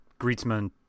Griezmann